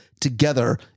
together